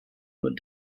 nur